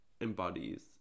embodies